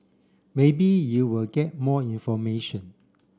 maybe you will get more information